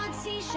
um see so